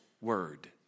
word